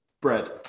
bread